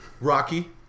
Rocky